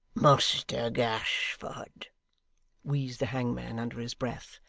muster gashford wheezed the hangman under his breath,